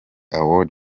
award